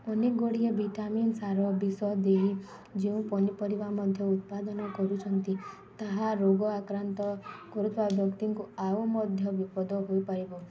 ଅନେକଗୁଡ଼ିଏ ଭିଟାମିନ୍ ସାର ବିଷ ଦେଇ ଯେଉଁ ପନିପରିବା ମଧ୍ୟ ଉତ୍ପାଦନ କରୁଛନ୍ତି ତାହା ରୋଗ ଆକ୍ରାନ୍ତ କରୁଥିବା ବ୍ୟକ୍ତିଙ୍କୁ ଆଉ ମଧ୍ୟ ବିପଦ ହୋଇପାରିବ